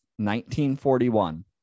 1941